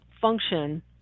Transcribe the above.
function